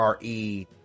RE